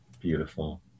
Beautiful